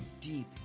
deep